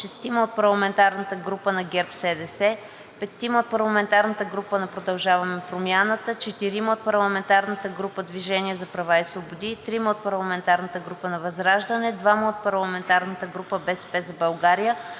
6 от парламентарната група на ГЕРБ-СДС, 5 от парламентарната група на „Продължаваме Промяната“, 4 от парламентарната група „Движение за права и свободи“, 3 от парламентарната група ВЪЗРАЖДАНЕ, 2 от парламентарната група „БСП за България“,